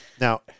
Now